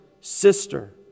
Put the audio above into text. sister